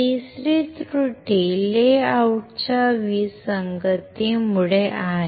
तिसरी त्रुटी लेआउटच्या विसंगतीमुळे आहे